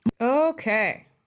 okay